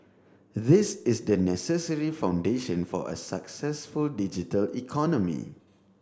this is the necessary foundation for a successful digital economy